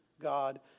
God